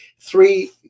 three